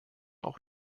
auch